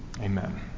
Amen